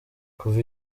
kuva